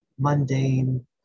mundane